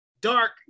dark